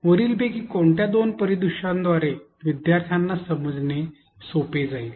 वरील पैकी कोणत्या दोन परिदृश्यांद्वारे विद्यार्थ्यांना समजणे सोपे जाईल